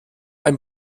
ein